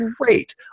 Great